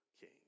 king